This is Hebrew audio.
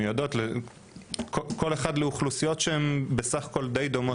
מלגה מיועדת לאוכלוסיות שהן בסך הכול דיי דומות,